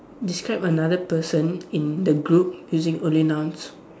describe another person in the group using only nouns